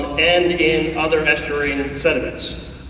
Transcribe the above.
and in other estruarian sediments.